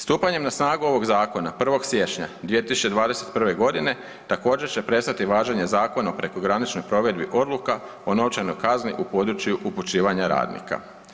Stupanjem na snagu ovog zakona 1. siječnja 2021. g. također će prestati važenje Zakona o prekograničnoj provedbi odluka o novčanoj kazni u području upućivanja radnika.